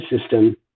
system